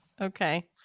okay